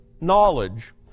knowledge